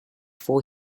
for